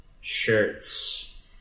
shirts